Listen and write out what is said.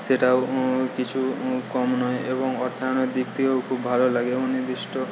সেটাও কিছু কম নয় এবং অর্থায়নের দিক থেকেও খুব ভালো লাগে এবং নির্দিষ্ট